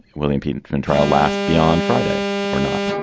william peterson trial last beyond friday or not?